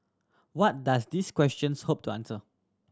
what does these questions hope to answer